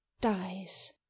dies